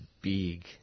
big